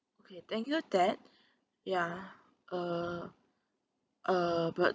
okay thank you thad ya uh uh but